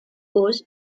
owes